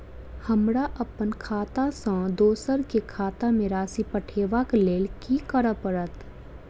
हमरा अप्पन खाता सँ दोसर केँ खाता मे राशि पठेवाक लेल की करऽ पड़त?